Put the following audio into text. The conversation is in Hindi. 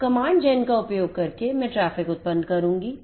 अब कमांड gen का उपयोग करके मैं ट्रैफ़िक उत्पन्न करुँगी